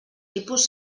tipus